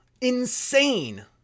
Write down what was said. insane